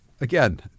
Again